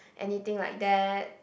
anything like that